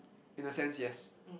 in a sense yes